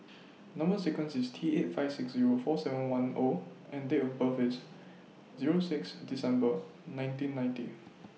Number sequence IS T eight five six Zero four seven one O and Date of birth IS Zero six December nineteen ninety